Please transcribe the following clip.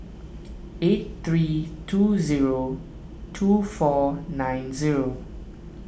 eight three two zero two four nine zero